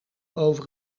over